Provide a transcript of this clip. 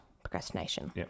procrastination